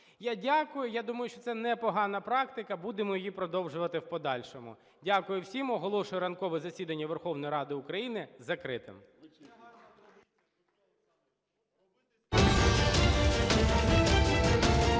Я дякую. Я думаю, що це непогана практика, будемо її продовжувати в подальшому. Дякую всім. І оголошую ранкове засідання Верховної Ради України закритим.